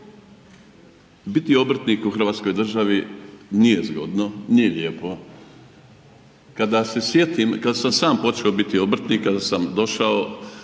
biti obrtnik u Hrvatskoj državi nije zgodno, nije lijepo. Kada se sjetim kada sam sam počeo biti obrtnik, kada sam došao